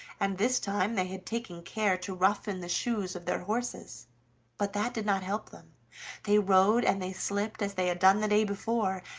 and this time they had taken care to roughen the shoes of their horses but that did not help them they rode and they slipped as they had done the day before,